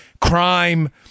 crime